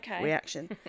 reaction